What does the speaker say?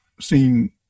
seen